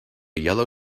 yellow